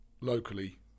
locally